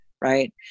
Right